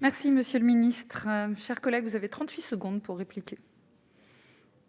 Merci monsieur le ministre, chers collègues, vous avez 38 secondes pour répliquer.